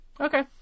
okay